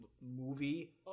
movie